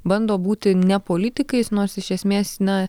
bando būti ne politikais nors iš esmės na